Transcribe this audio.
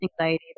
anxiety